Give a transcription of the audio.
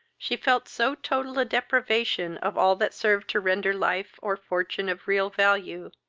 she felt so total a deprivation of all that served to render life or fortune of real value,